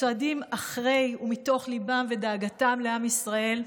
הצועדים אחרי ומתוך ליבם ודאגתם לעם ישראל.